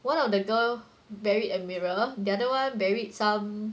one of the girl buried a mirror the other one buried some